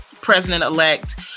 President-Elect